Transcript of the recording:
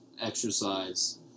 exercise